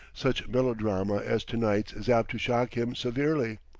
such melodrama as to-night's is apt to shock him severely.